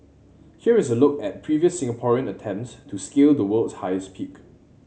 here is a look at previous Singaporean attempts to scale the world's highest peak